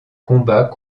combat